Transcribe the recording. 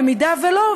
במידה שלא,